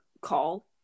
call